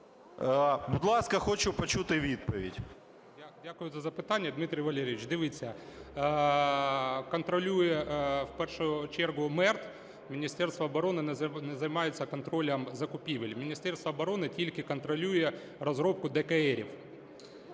Дякую за запитання. Дмитро Валерійович, дивіться, контролює в першу чергу МЕРТ, Міністерство оборони не займається контролем закупівель. Міністерство оброни тільки контролює розробку ДКРів,